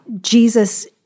Jesus